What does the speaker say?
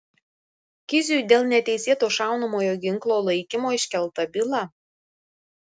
kiziui dėl neteisėto šaunamojo ginklo laikymo iškelta byla